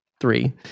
three